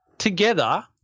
together